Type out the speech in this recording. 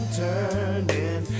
turning